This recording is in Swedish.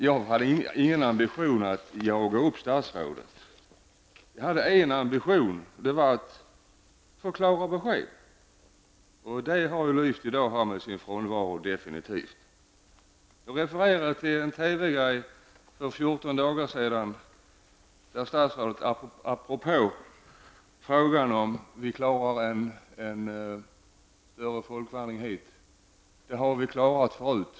Jag har inte haft ambitionen att jaga upp statsrådet. Däremot hade jag ambitionen att få klara besked. Men sådana har definitivt lyst med sin frånvaro här i dag. Sedan refererar jag till ett uttalande i TV för 14 dagar sedan. Statsrådet sade, att apropå frågan om huruvida vi klarar en större folkvandring till Sverige: Det har vi klarat förut.